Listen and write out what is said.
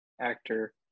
actor